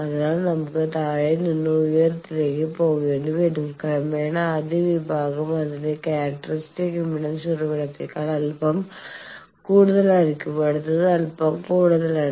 അതിനാൽ നമുക്ക് താഴെ നിന്ന് ഉയർന്നതിലേക്ക് പോകേണ്ടിവരും ക്രമേണ ആദ്യ വിഭാഗം അതിന്റെ ക്യാരക്ടറിസ്റ്റിക്സ് ഇംപെഡൻസ് ഉറവിടത്തേക്കാൾ അൽപ്പം കൂടുതലായിരിക്കും അടുത്തത് അൽപ്പം കൂടുതലാണ്